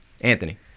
Anthony